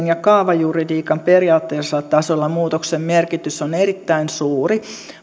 ja kaavajuridiikan periaatteellisella tasolla muutoksen merkitys on erittäin suuri